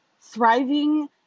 Thriving